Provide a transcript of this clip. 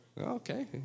Okay